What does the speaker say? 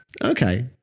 Okay